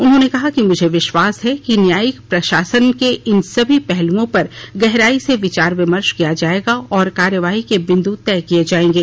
उन्होंने कहा कि मुझे विश्वास है न्यायिक प्रशासन के इन सभी पहलुओं पर गहराई से विचार विमर्श किया जाएगा और कार्यवाही के बिंदु तय किए जाएंगे